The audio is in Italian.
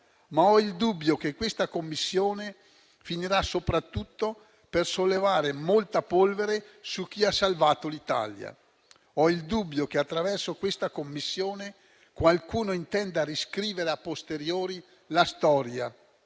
Ma ho il dubbio che questa Commissione finirà soprattutto per sollevare molta polvere su chi ha salvato l'Italia. Ho il dubbio che, attraverso questa Commissione, qualcuno intenda riscrivere a posteriori la storia.